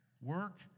work